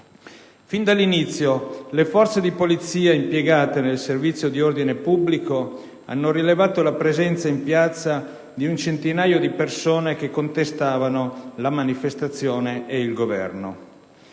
Fin dall'inizio le forze di polizia impiegate nel servizio di ordine pubblico hanno rilevato la presenza in piazza di un centinaio di persone che contestavano la manifestazione e il Governo.